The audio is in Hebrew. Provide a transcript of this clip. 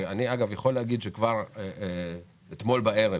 אתמול בערב